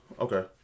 Okay